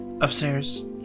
upstairs